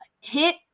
hit